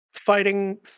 fighting